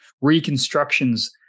reconstructions